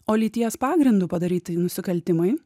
o lyties pagrindu padaryti nusikaltimai